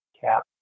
cap